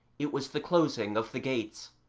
it was the closing of the gates.